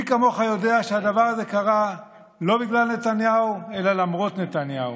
מי כמוך יודע שהדבר הזה קרה לא בגלל נתניהו אלא למרות נתניהו.